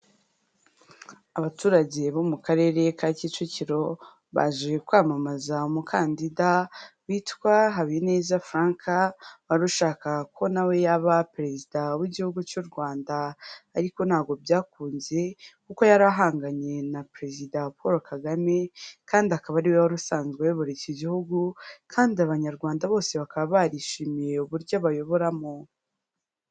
Abaturage bo mu Karere ka Kicukiro, baje kwamamaza umukandida witwa Habineza Frank wari ushaka ko na we yaba perezida w'igihugu cy'u Rwanda, ariko ntabwo byakunze kuko yari ahanganye na perezida Paul Kagame kandi akaba ari we wari usanzwe uyobora iki gihugu, kandi abanyarwanda bose bakaba barishimiye uburyo abayoboramo.